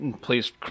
Please